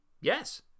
Yes